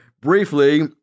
briefly